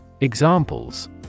Examples